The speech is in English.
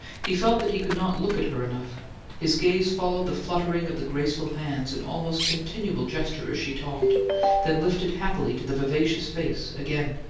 he felt that he could not look at her enough his gaze followed the fluttering of the graceful hands in almost continual gesture as she talked then lifted happily to the vivacious face again.